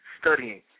studying